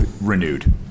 renewed